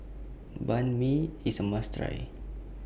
Banh MI IS A must Try